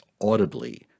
audibly